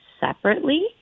separately